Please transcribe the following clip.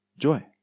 joy